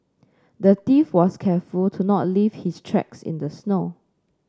the thief was careful to not leave his tracks in the snow